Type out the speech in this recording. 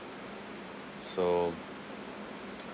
so